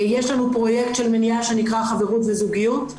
יש לנו פרויקט של מניעה שנקרא חברות וזוגיות.